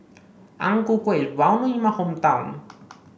Ang Ku Kueh is well known in my hometown